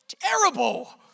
terrible